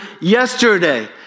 yesterday